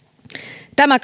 tämä